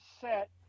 set